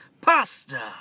pasta